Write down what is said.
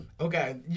Okay